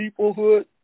peoplehood